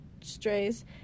strays